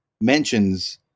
mentions